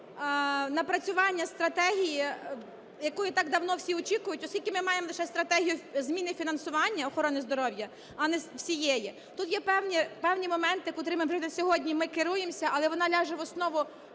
напрацювання стратегії, якої так давно всі очікують, оскільки ми маємо лише стратегію зміни фінансування охорони здоров'я, а не всієї. Тут є певні моменти, котрими, наприклад, сьогодні ми керуємося, але вона ляже в основу